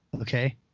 Okay